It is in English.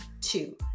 two